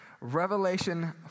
Revelation